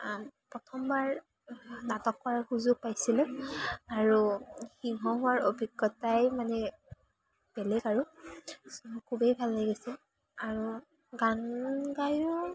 প্ৰথমবাৰ নাটক কৰা সুযোগ পাইছিলোঁ আৰু সিংহ হোৱাৰ অভিজ্ঞতাই মানে বেলেগ আৰু খুবেই ভাল লাগিছিল আৰু গান গাইয়ো